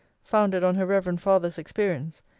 founded on her reverend father's experience,